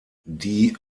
die